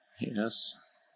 yes